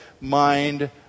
mind